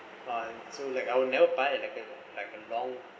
uh so like I will never buy and like a like a long